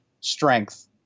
strength